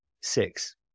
six